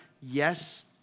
Yes